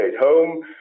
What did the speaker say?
home